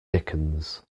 dickens